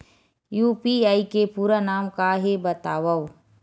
UPI के पूरा नाम का हे बतावव?